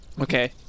okay